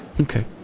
Okay